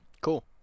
cool